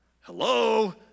Hello